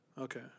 Okay